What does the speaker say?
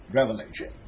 Revelation